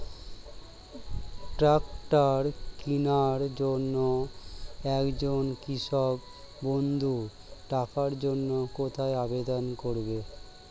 Tractor কিনার জন্য একজন কৃষক বন্ধু টাকার জন্য কোথায় আবেদন করবে?